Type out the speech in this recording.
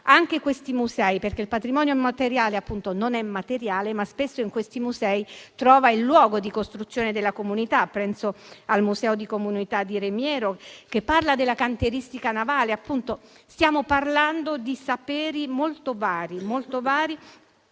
anche questi musei. Il patrimonio immateriale non è materiale, ma spesso in questi musei si trova il luogo di costruzione della comunità. Penso al Museo di comunità Remiero, che parla della cantieristica navale. Stiamo parlando di saperi molto vari, basati,